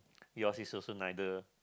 yours is also neither